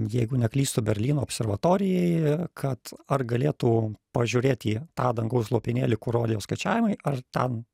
jeigu neklystu berlyno observatorijai kad ar galėtų pažiūrėti į tą dangaus lopinėlį kur rodė jo skaičiavimai ar ten